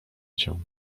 cię